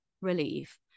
relief